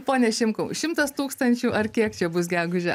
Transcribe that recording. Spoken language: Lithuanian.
pone šimkau šimtas tūkstančių ar kiek čia bus gegužę